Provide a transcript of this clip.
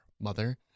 Mother